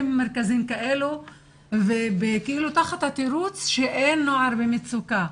מרכזים כאילו תחת התירוץ שאין נער במצוקה.